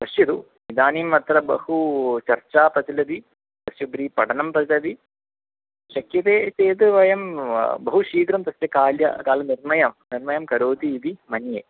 पश्यतु इदानीम् अत्र बहु चर्चा प्रचलति तस्य ब्री पठनं पतति शक्यते चेत् वयं बहु शीघ्रं तस्य कालः कालनिर्णयं निर्णयं करोति इति मन्ये